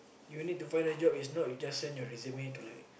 you need to find a job is not just you just send your resume to like